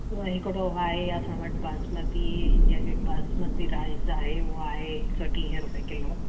उहो हिकिड़ो आहे असां वटि basmati India Gate basmati rice आहे उहा आहे हिकु सौ टीह रुपे किलो